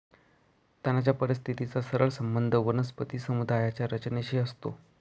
तणाच्या परिस्थितीचा सरळ संबंध वनस्पती समुदायाच्या रचनेशी असतो